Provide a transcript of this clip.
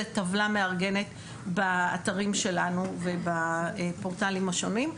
טבלה מארגנת באתרים שלנו ובפורטלים השונים,